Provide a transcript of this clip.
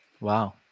Wow